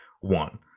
one